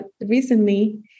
recently